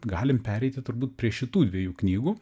galim pereiti turbūt prie šitų dviejų knygų